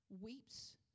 weeps